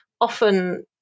often